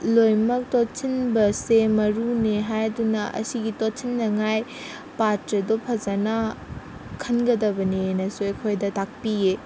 ꯂꯣꯏꯃꯛ ꯇꯣꯠꯁꯤꯟꯕꯁꯦ ꯃꯔꯨꯅꯤ ꯍꯥꯏꯗꯨꯅ ꯑꯁꯤꯒꯤ ꯇꯣꯠꯁꯤꯟꯅꯤꯉꯥꯏ ꯄꯥꯇ꯭ꯔꯗꯣ ꯐꯖꯅ ꯈꯟꯒꯗꯕꯅꯦꯅꯁꯨ ꯑꯩꯈꯣꯏꯗ ꯇꯥꯛꯄꯤꯌꯦ